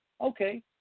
Okay